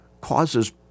causes